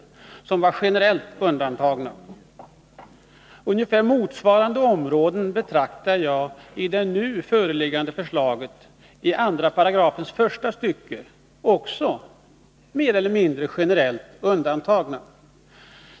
Ungefär motsvarande områden betraktar jag också som mer eller mindre generellt undantagna i det nu föreliggande förslaget, 2 § första stycket.